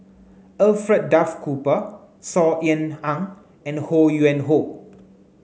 Alfred Duff Cooper Saw Ean Ang and Ho Yuen Hoe